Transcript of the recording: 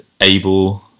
able